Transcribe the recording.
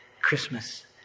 Christmas